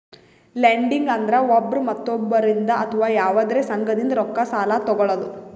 lending ಅಂದ್ರ ಒಬ್ರ್ ಮತ್ತೊಬ್ಬರಿಂದ್ ಅಥವಾ ಯವಾದ್ರೆ ಸಂಘದಿಂದ್ ರೊಕ್ಕ ಸಾಲಾ ತೊಗಳದು